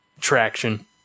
traction